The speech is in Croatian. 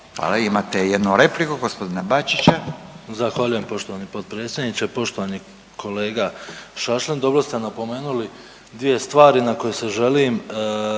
Hvala. Imate jednu repliku g. Bačića. **Babić, Ante (HDZ)** Zahvaljujem poštovani potpredsjedniče. Poštovani kolega Šašlin, dobro ste napomenuli dvije stvari na koje se želim